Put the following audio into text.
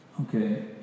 Okay